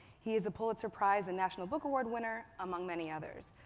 he is a pulitzer prize and national book award winner, among many others.